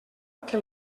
que